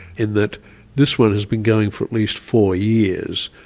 in that this one has been going for at least four years.